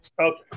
okay